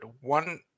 one